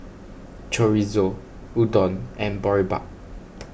Chorizo Udon and Boribap